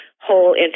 whole